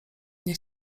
nie